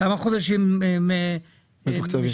כמה חודשים הם משלמים?